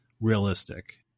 realistic